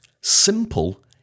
simple